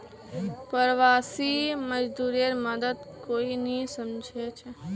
प्रवासी मजदूरेर दर्द कोई नी समझे छे